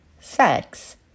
sex